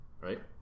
right